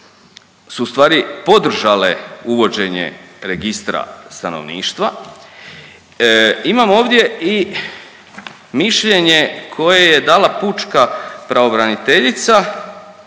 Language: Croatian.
su u stvari podržale uvođenje registra stanovništva. Imam ovdje i mišljenje koje je dala Pučka pravobraniteljica.